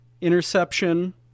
interception